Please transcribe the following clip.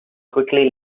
quickly